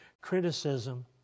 Criticism